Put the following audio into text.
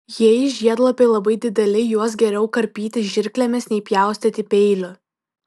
jei žiedlapiai labai dideli juos geriau karpyti žirklėmis nei pjaustyti peiliu